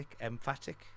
emphatic